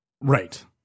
Right